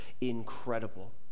incredible